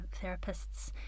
therapists